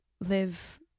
live